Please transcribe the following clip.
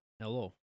Hello